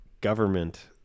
government